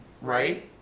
right